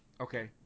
okay